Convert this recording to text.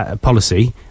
policy